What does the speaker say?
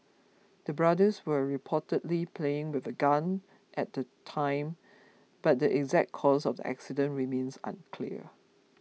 the brothers were reportedly playing with a gun at the time but the exact cause of the accident remains unclear